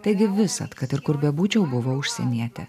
taigi visad kad ir kur bebūčiau buvau užsienietė